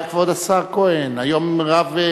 כבוד השר כהן, היום רב,